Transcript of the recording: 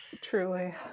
Truly